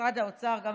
ובמשרד האוצר מאמינים,